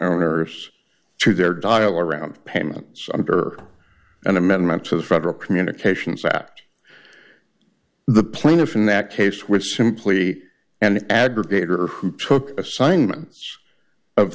owners to their dial around payments under an amendment to the federal communications act the plaintiff in that case which simply an aggregator who took assignments of